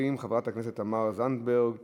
וחולים נמנעים מלרכוש תרופות בסיסיות,